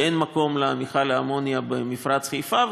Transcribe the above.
שאין מקום למכל האמוניה במפרץ חיפה.